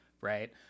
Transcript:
Right